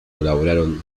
colaboraron